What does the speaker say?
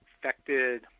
affected